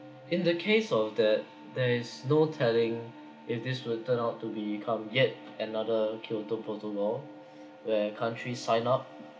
in the case of the there is no telling if this will turn out to become yet another kyoto protocol where countries signed up